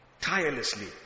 tirelessly